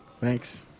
Thanks